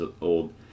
old